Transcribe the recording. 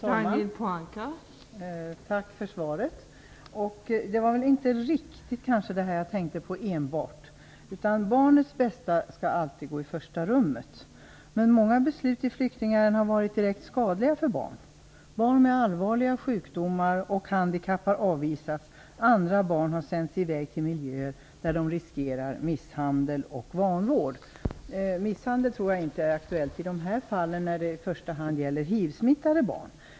Fru talman! Tack för svaret. Det var inte riktigt enbart detta jag tänkte på. Barnets bästa skall alltid gå i första rummet. Många beslut i flyktingärenden har dock varit direkt skadliga för barn. Barn med allvarliga sjukdomar och handikapp har avvisats. Andra barn har sänts i väg till miljöer där de riskerar misshandel och vanvård. Jag tror inte att det är aktuellt med misshandel i de fall jag nämner i min fråga, som i första hand gäller hivsmittade barn.